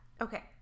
okay